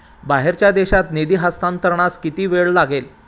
बाहेरच्या देशात निधी हस्तांतरणास किती वेळ लागेल?